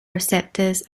receptors